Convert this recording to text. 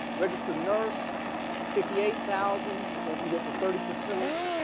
registered nurse fifty eight thousand less and get to thirty percent